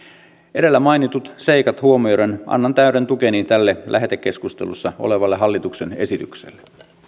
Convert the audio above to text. edellä mainitut seikat huomioiden annan täyden tukeni tälle lähetekeskustelussa olevalle hallituksen esitykselle